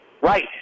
Right